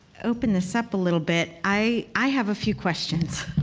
open this up a little bit. i have a few questions.